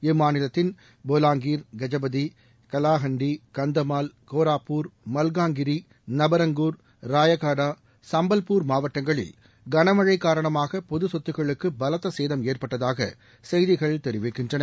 இம்மாநிலதத்தின் போலாங்கீர் கஜபதி கலாஹண்டி கந்தமால் கோராப்பூர் மல்காங்கிரி நபரங்கூர் ராயகாடா சம்பல்பூர் மாவட்டங்களில் கனமழை காரணமாக பொது சொத்துக்களுக்கு பலத்த சுசேதம் ஏற்பட்டதாக செய்திகள் தெரிவிக்கின்றன